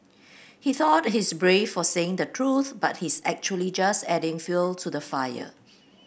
he thought he's brave for saying the truth but he's actually just adding fuel to the fire